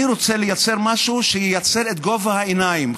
אני רוצה לייצר משהו שייצר את גובה העיניים,